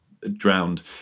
drowned